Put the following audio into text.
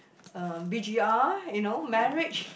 um B G R you know marriage